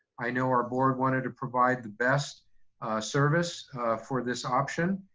i know our board wanted to provide the best service for this option.